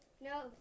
No